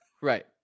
Right